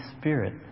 Spirit